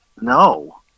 No